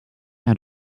out